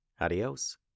Adios